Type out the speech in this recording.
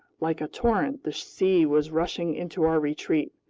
like a torrent the sea was rushing into our retreat,